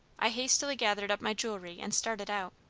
i hastily gathered up my jewelry, and started out.